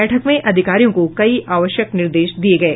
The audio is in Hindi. बैठक में अधिकारियों को कई आवश्यक निर्देश दिये गये